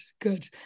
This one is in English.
good